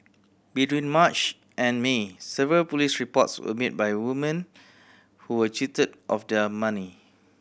between March and May several police reports were made by woman who were cheated of their money